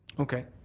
okay.